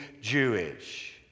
Jewish